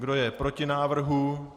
Kdo je proti návrhu?